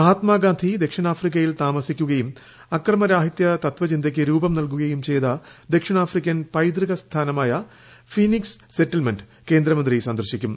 മഹാത്മാഗാന്ധി ദക്ഷിണാഫ്രിക്കയിൽ താമസിക്കുകയും അക്രമരാഹിത്യ ത്വചിന്തയ്ക്ക് രുപം നല്കുകയും ചെയ്ത ദക്ഷിണാഫ്രിക്കൻ പൈതൃക സ്ഥാനമായ ഫീനിക്സ് സെറ്റിൽമെന്റ് കേന്ദ്രമന്ത്രി സന്ദർശിക്കും